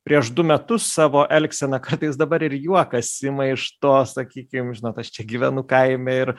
prieš du metus savo elgseną kartais dabar ir juokas ima iš to sakykim žinot aš čia gyvenu kaime ir